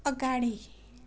अगाडि